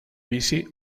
vici